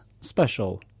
Special